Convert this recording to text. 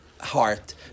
heart